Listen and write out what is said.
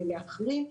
ולאחרים,